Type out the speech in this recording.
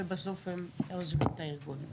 ובסוף הם עוזבים את הארגון.